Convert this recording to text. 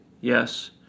Yes